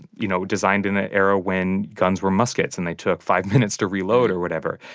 you know, designed in an era when guns were muskets. and they took five minutes to reload or whatever.